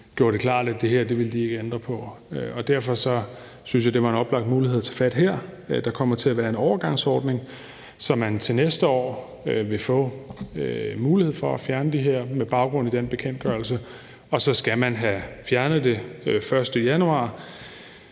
gjorde det klart, at det her ville de ikke ændre på. Derfor syntes jeg, at det var en oplagt mulighed at tage fat her. Der kommer til at være en overgangsordning, så man til næste år får mulighed for at fjerne det her med baggrund i den bekendtgørelse, og så skal man have fjernet det den 1. januar